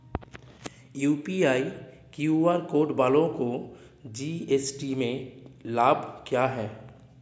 UPI QR code वालों को GST में लाभ क्या है?